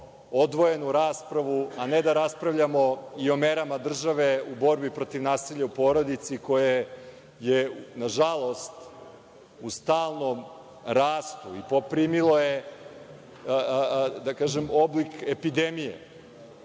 odvojenu raspravu, a ne da raspravljamo i o merama države u borbi protiv nasilja u porodici koje je nažalost u stalnom rastu i poprimilo je oblik epidemije.U